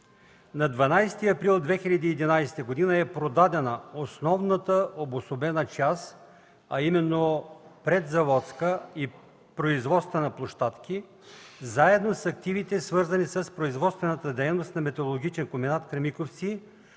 На 12 април 2011 г. е продадена основната обособена част – предзаводска и производствена площадки, заедно с активите, свързани с производствената дейност на Металургичен комбинат „Кремиковци”,